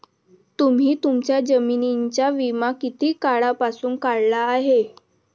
तुम्ही तुमच्या जमिनींचा विमा किती काळापासून काढला आहे?